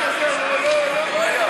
לא.